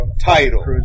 title